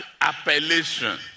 appellation